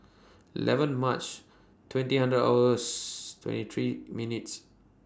eleven March twenty hundred hours twenty three minutes